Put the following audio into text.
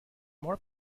more